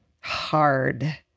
hard